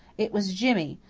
it was jimmy.